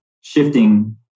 shifting